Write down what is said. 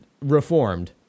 Reformed